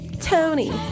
Tony